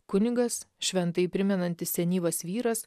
kunigas šventąjį primenantis senyvas vyras